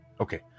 Okay